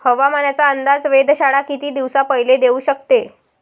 हवामानाचा अंदाज वेधशाळा किती दिवसा पयले देऊ शकते?